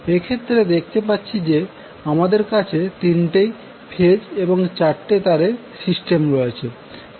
এক্ষেত্রে দেখতে পাচ্ছি যে আমাদের কাছে তিনটি ফেজ এবং চারটি তারের সিস্টেম রয়েছে